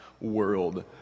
world